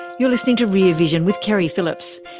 you're listening to rear vision with keri phillips.